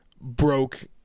broke